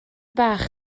bach